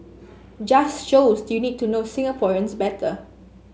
just shows you need to know Singaporeans better